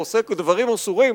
או עושה דברים אסורים,